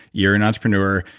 you're an entrepreneur,